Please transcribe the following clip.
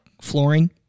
flooring